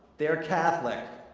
they're catholic.